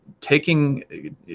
taking